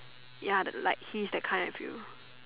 ya the like he is that kind of you